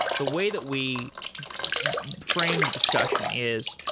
the way that we frame the discussion is,